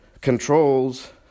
controls